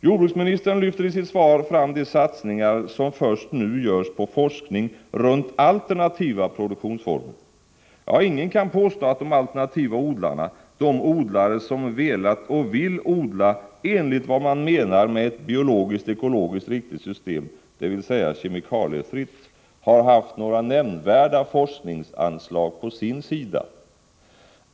Jordbruksministern lyfter i sitt svar fram de satsningar som först nu görs på forskning om alternativa produktionsformer. Ja, ingen kan ju påstå att de alternativa odlarna, de odlare som velat och vill odla enligt vad man menar är ett biologiskt-ekologiskt riktigt system — dvs. ett kemikaliefritt system — har haft några nämnvärda forskningsanslag på sin sida.